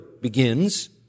begins